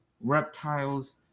reptiles